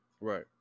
Right